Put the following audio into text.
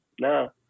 no